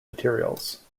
materials